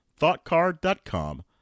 thoughtcard.com